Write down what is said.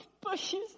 bushes